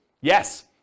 Yes